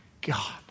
God